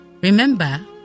Remember